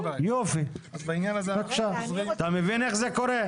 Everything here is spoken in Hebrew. אתה מבין איך זה קורה?